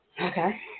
Okay